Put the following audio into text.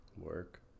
Work